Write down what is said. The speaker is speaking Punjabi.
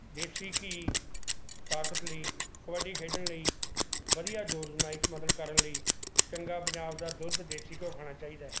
ਦੇਸੀ ਘੀ ਤਾਕਤ ਲਈ ਕਬੱਡੀ ਖੇਡਣ ਲਈ ਵਧੀਆ ਜ਼ੋਰ ਅਜ਼ਮਾਇਸ਼ ਮਤਲਬ ਕਰਨ ਲਈ ਚੰਗਾ ਪੰਜਾਬ ਦਾ ਦੁੱਧ ਦੇਸੀ ਘਿਓ ਖਾਣਾ ਚਾਹੀਦਾ